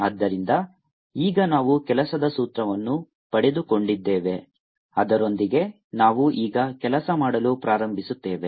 ಆದ್ದರಿಂದ ಈಗ ನಾವು ಕೆಲಸದ ಸೂತ್ರವನ್ನು ಪಡೆದುಕೊಂಡಿದ್ದೇವೆ ಅದರೊಂದಿಗೆ ನಾವು ಈಗ ಕೆಲಸ ಮಾಡಲು ಪ್ರಾರಂಭಿಸುತ್ತೇವೆ